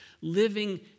living